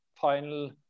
final